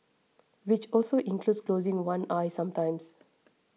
which also includes closing one eye sometimes